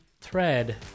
thread